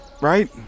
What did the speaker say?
right